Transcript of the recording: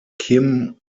kim